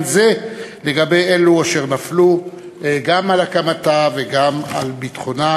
זה לגבי אלו אשר נפלו גם על הקמתה וגם על ביטחונה.